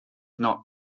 not